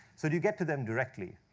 so you get to them directly.